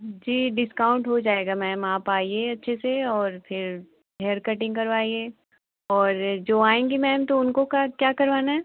जी discount हो जाएगा ma'am आप आइए अच्छे से और फिर हेयर कटिन्ग करवाइए और जो आएँगी मैम तो उनको कर क्या करवाना है